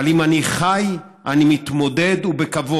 אבל אם אני חי, אני מתמודד, ובכבוד.